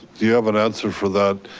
you have an answer for that?